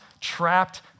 trapped